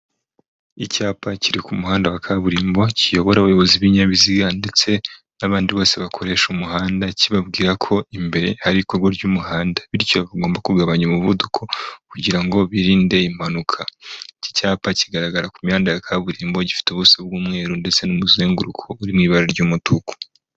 Icyapa kiri ku muhanda wa kaburimbo kiyobora abayobozi b'ibinyabiziga ndetse n'abandi bose bakoresha umuhanda, kibabwira ko imbere hari ikorwa ry'umuhanda, bityo bagomba kugabanya umuvuduko kugira ngo birinde impanuka. Icyi cyapa kigaragara ku mihanda ya kaburimbo gifite ubuso bw'umweru ndetse n'umuzenguruko uri mu ibara ry'umutuku.